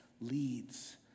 Leads